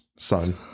Son